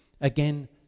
again